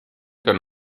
than